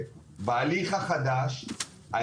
בסופו של דבר ההליך היום הוא הליך ארוך